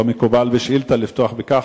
לא מקובל בשאילתא לפתוח בכך,